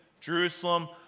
Jerusalem